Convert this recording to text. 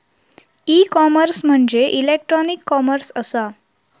E commerce म्हणजे electronic commerce असा